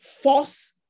force